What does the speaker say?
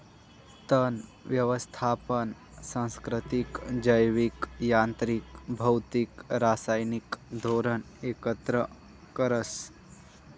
तण यवस्थापन सांस्कृतिक, जैविक, यांत्रिक, भौतिक, रासायनिक धोरण एकत्र करस